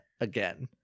again